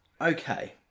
Okay